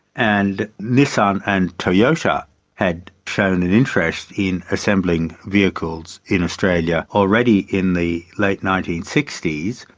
and nissan and toyota had shown an interest in assembling vehicles in australia already in the late nineteen sixty s,